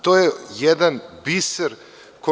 To je jedan biser.